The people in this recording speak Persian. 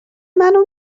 منو